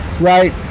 right